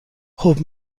خوب